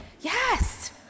Yes